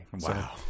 wow